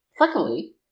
Luckily